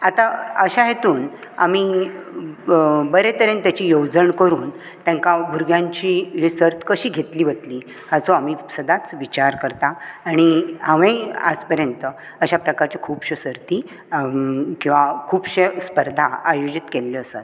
आतां अश्या हेतून आमी बरें तरेन तेची येवजण करून तांकां भुरग्यांची ही सर्त कशी घेतली वतली हाचो आमी सदांच विचार करता आनी हांवें आज परंत अश्या प्रकारच्यो खूबश्यो सर्ती किंवा खूबश्यो स्पर्धा आयोजीत केल्ल्यो आसात